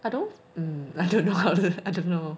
I don't um I don't know how to I don't know